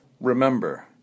Remember